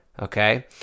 Okay